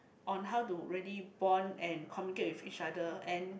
on how to really bond and communicate with each other and